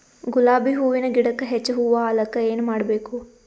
ಗುಲಾಬಿ ಹೂವಿನ ಗಿಡಕ್ಕ ಹೆಚ್ಚ ಹೂವಾ ಆಲಕ ಏನ ಮಾಡಬೇಕು?